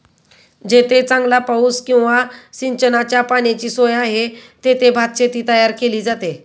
जेथे चांगला पाऊस किंवा सिंचनाच्या पाण्याची सोय आहे, तेथे भातशेती तयार केली जाते